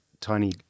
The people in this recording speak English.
tiny